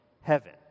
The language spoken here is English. heaven